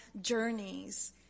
journeys